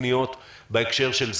קיבלנו הרבה מאוד פניות בהקשר של זה.